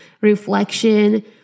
reflection